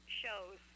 shows